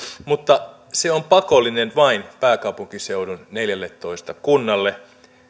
mutta se on pakollinen vain pääkaupunkiseudun neljälletoista kunnalle